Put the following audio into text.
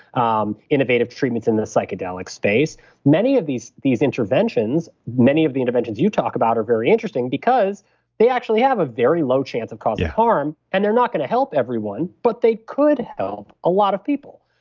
um innovative treatments in the psychedelic space many of these these interventions, many of the interventions you talk about are very interesting because they actually have a very low chance of causing harm and they're not going to help everyone, but they could help a lot of people.